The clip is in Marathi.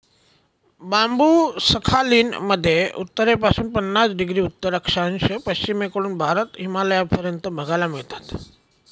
बांबु सखालीन मध्ये उत्तरेपासून पन्नास डिग्री उत्तर अक्षांश, पश्चिमेकडून भारत, हिमालयापर्यंत बघायला मिळतात